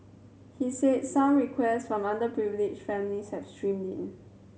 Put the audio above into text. he said some requests from underprivileged families have streamed in